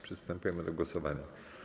Przystępujemy do głosowania.